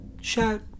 shout